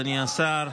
אדוני השר,